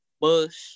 bush